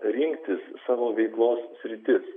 rinktis savo veiklos sritis